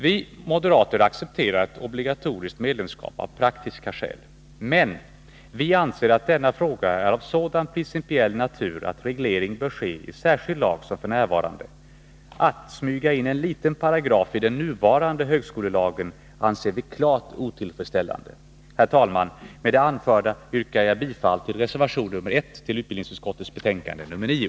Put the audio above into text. Vi moderater accepterar ett obligatoriskt medlemskap av praktiska skäl. Men vi anser att denna fråga är av sådan principiell natur att reglering bör ske i särskild lag, som f. n. Att smyga in en liten paragraf i den nuvarande högskolelagen anser vi klart otillfredsställande. Herr talman! Med det anförda yrkar jag bifall till reservation nr 1 till utbildningsutskottets betänkande nr 9.